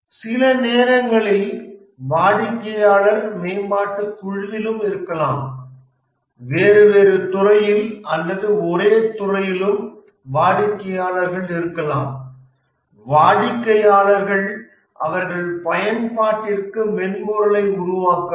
சில நேரங்களில் வாடிக்கையாளர் மேம்பாட்டுக் குழுவிலும் இருக்கலாம் வேறு வேறு துறையில் அல்லது ஒரே துறையிலும் வாடிக்கையாளர்கள் இருக்கலாம் வாடிக்கையாளர்கள் அவர்கள் பயன்பாட்டிற்கு மென்பொருளை உருவாக்கலாம்